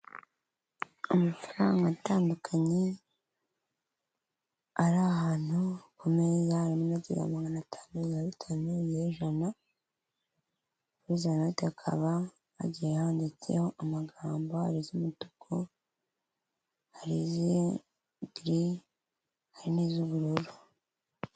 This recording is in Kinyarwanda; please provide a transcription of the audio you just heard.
Amafaranga atandukanye ari ahantu ku meza, harimo inoti ya magana atanu, iya bitanu n'iy'ijana; kuri izo noti hakaba hagiye handitseho amagambo, hari iz'umutuku, hari iza giri, hari n'iz'ubururu.